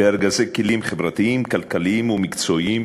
בארגזי כלים חברתיים, כלכליים ומקצועיים